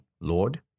Lord